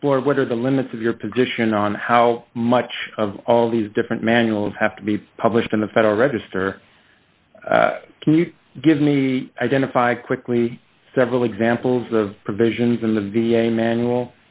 explore what are the limits of your position on how much of all these different manuals have to be published in the federal register can you give me identify quickly several examples of provisions in the v a manual